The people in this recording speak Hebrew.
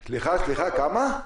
סליחה, כמה?